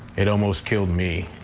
it almost killed me.